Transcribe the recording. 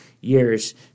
years